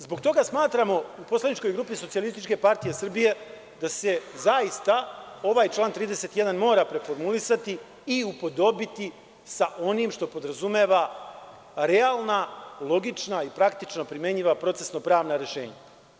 Zbog toga mi u poslaničkoj grupi SPS smatramo da se zaista ovaj član 31. mora preformulisati i upodobiti sa onim što podrazumeva realna, logična i praktično primenjiva procesno-pravna rešenja.